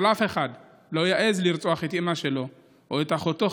אבל אף אחד לא יעז לרצוח את אימא שלו או את אחותו,